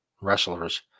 wrestlers